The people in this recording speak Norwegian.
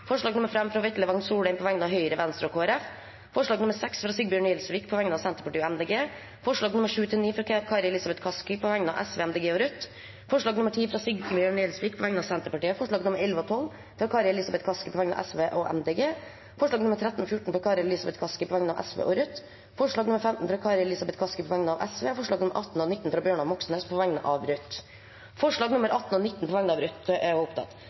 forslag nr. 6, fra Sigbjørn Gjelsvik på vegne av Senterpartiet og Miljøpartiet De Grønne forslagene nr. 7–9, fra Kari Elisabeth Kaski på vegne av Sosialistisk Venstreparti, Miljøpartiet De Grønne og Rødt forslag nr. 10, fra Sigbjørn Gjelsvik på vegne av Senterpartiet forslagene nr. 11 og 12, fra Kari Elisabeth Kaski på vegne av Sosialistisk Venstreparti og Miljøpartiet De Grønne forslagene nr. 13 og 14, fra Kari Elisabeth Kaski på vegne av Sosialistisk Venstreparti og Rødt forslag nr. 15, fra Kari Elisabeth Kaski på vegne av Sosialistisk Venstreparti forslagene nr. 18 og 19, fra Bjørnar Moxnes på vegne av Rødt Det voteres over forslagene nr. 18 og 19,